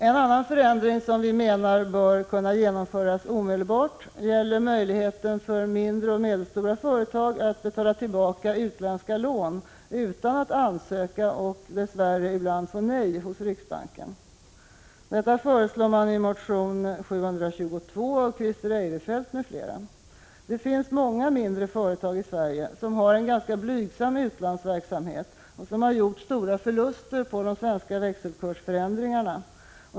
En annan förändring som vi menar bör kunna genomföras omedelbart gäller möjligheten för mindre och medelstora företag att betala tillbaka Prot. 1985/86:141 utländska lån utan att ansöka och — dess värre — ibland få nej hos riksbanken. 14 maj 1986 Detta föreslås i motion Fi722 av Christer Eirefelt m.fl. Det finns många mindre företag i vårt land som har en ganska blygsam utlandsverksamhet och som har gjort stora förluster på de svenska växelkursförändringarna.